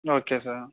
okay sir